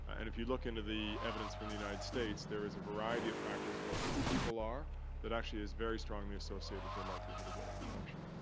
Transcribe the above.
and if you look into the evidence from the united states, there is a variety of factors about who people are that actually is very strongly associated with their likelihood of getting infection.